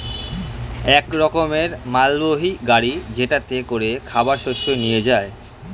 এক রকমের মালবাহী গাড়ি যেটাতে করে খাবার শস্য নিয়ে যায়